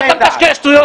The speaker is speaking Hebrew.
מה אתה מקשקש שטויות?